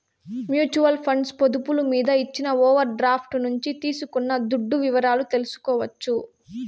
mutual funds పొదుపులు మీద ఇచ్చిన ఓవర్ డ్రాఫ్టు నుంచి తీసుకున్న దుడ్డు వివరాలు తెల్సుకోవచ్చు